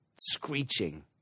screeching